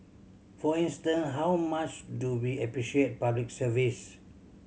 for instance how much do we appreciate Public Service